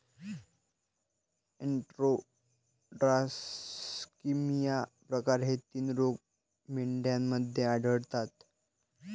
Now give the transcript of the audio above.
enterotoxaemia प्रकार हे तीन रोग मेंढ्यांमध्ये आढळतात